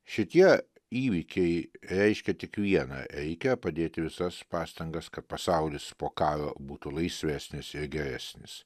šitie įvykiai reiškia tik vieną reikia padėti visas pastangas kad pasaulis po karo būtų laisvesnis ir geresnis